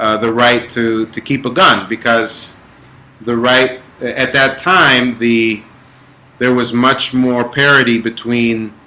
ah the right to to keep a gun because the right at that time the there was much more parity between